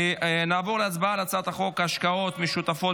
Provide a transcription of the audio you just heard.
נעבור להצבעה על הצעת חוק השקעות משותפות